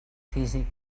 físic